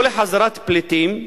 לא לחזרת פליטים,